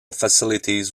facilities